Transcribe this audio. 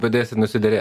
padėsi nusiderėt